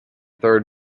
third